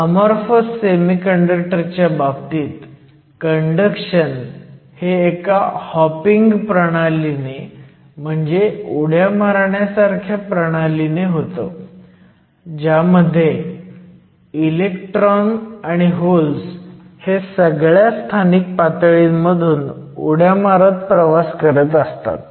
तर amorphous semiconductor च्या बाबतीत कंडक्शन हे एका हॉपिंग प्रणालीने म्हणजे उड्या मारण्यासारख्या प्रणालीने होतं ज्यामध्ये इलेक्ट्रॉन आणि होल्स हे ह्या सगळ्या स्थानिक पातळींमधून उड्या मारत प्रवास करत असतात